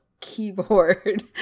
keyboard